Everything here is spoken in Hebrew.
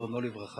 זיכרונו לברכה,